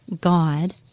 God